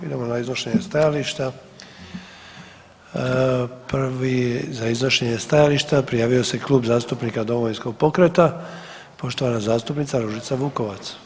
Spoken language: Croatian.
Idemo na iznošenje stajališta, prvi za iznošenje stajališta prijavio se Klub zastupnika Domovinskog pokreta, poštovana zastupnica Ružica Vukovac.